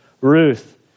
Ruth